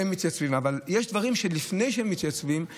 אבל יש דברים שאי-אפשר להפעיל אותם לפני שהם מתייצבים.